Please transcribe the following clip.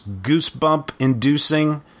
goosebump-inducing